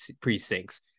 precincts